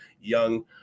young